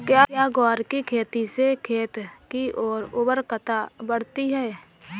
क्या ग्वार की खेती से खेत की ओर उर्वरकता बढ़ती है?